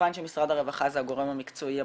וכמובן שמשרד הרווחה זה הגורם המקצועי המוביל.